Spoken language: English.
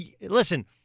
listen